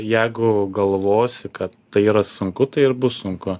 jeigu galvosi kad tai yra sunku tai ir bus sunku